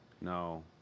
No